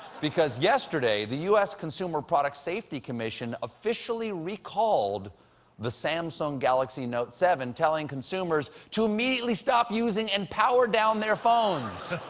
because, yesterday, the u s. consumer product safety commission officially recalled the samsung galaxy note seven, telling consumers to immediately stop using and power down their phones.